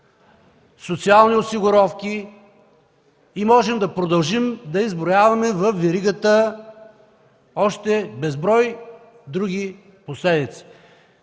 социални осигуровки. Можем да продължим да изброяваме във веригата още безброй други последици.